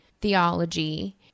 theology